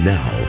Now